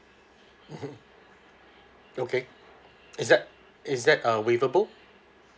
mmhmm okay is that is that uh waiverable